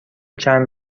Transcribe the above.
چند